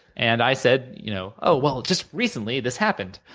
and i said, you know oh well, just recently, this happened,